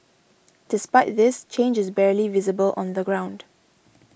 despite this change is barely visible on the ground